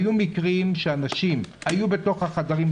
היו מקרים שאנשים היו בתוך החדרים,